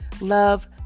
love